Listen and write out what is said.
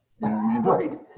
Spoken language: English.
right